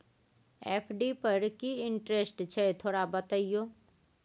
FD पर की interest छय थोरा बतईयो?